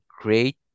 great